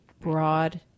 broad